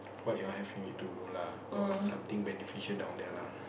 what you have need to do lah got something beneficial down there lah